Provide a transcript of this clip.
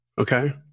Okay